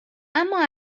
اما